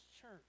church